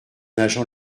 agent